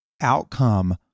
outcome